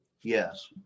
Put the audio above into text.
Yes